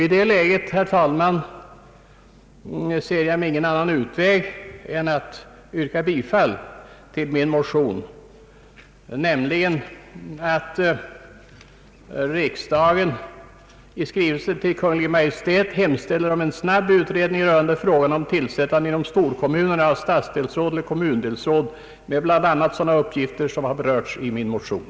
I det läget, herr talman, ser jag mig ingen annan utväg än att yrka bifall till min motion, att riksdagen i skrivelse till Kungl. Maj:t hemställer om en snabb utredning rörande frågan om tillsättande inom storkommunerna av statsdelsråd eller kommundelsråd med bl.a. sådana uppgifter som berörs i min motion.